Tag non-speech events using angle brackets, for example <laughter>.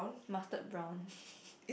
mustard brown <breath>